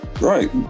Right